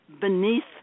beneath